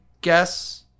guess